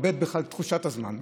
הוא מאבד בכלל את תחושת הזמן בכלל.